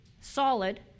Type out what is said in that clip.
solid